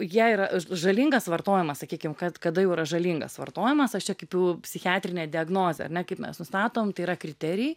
jie yra ž žalingas vartojimas sakykim kad kada jau yra žalingas vartojimas aš čia kaip jau psichiatrinė diagnozė ar ne kaip mes nustatom tai yra kriterijai